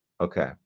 Okay